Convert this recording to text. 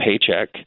paycheck